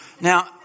Now